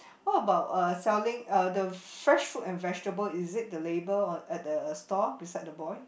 what about uh selling uh the fresh fruit and vegetable is it the label one at the stall beside the boy